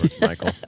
Michael